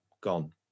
gone